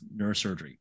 neurosurgery